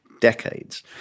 Decades